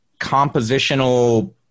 compositional